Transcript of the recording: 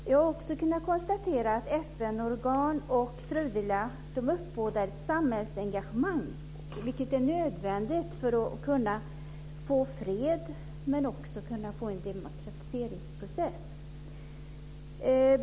Jag har också kunnat konstatera att FN-organ och frivilliga uppbådar ett samhällsengagemang. Det är nödvändigt för att kunna få fred men också för att kunna få en demokratiseringsprocess.